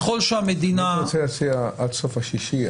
אני רוצה להציע עד סוף השישי,